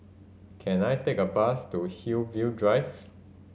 can I take a bus to Hillview Drive